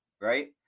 right